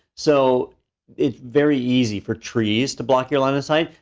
so it's very easy for trees to block your line of sight,